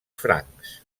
francs